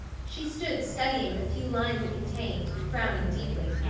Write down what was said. she stood studying the few lines it contained, frowning deeply.